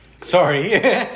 Sorry